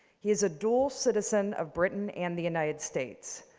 he is a dual citizen of britain and the united states.